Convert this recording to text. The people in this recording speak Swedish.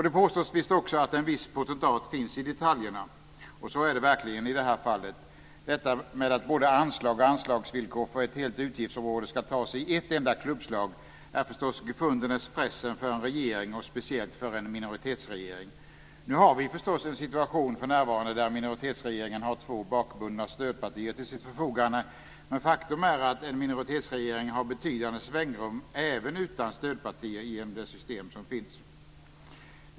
Det påstås visst också att en viss potentat finns i detaljerna. Och så är det verkligen i det här fallet. Detta med att både anslag och anslagsvillkor för ett helt utgiftsområde ska tas i ett enda klubbslag är förstås gefundenes fressen för en regering, och speciellt för en minoritetsregering. Nu har vi förstås en situation för närvarande där minoritetsregeringen har två bakbundna stödpartier till sitt förfogande. Men faktum är att en minoritetsregering har betydande svängrum även utan stödpartier genom det system som finns.